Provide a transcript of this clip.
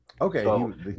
Okay